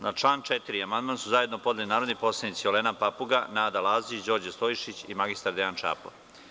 Na član 4. amandman su zajedno podneli narodni poslanici Olena Papuga, Nada Lazić, Đorđe Stojšić i mr Dejan Čapo.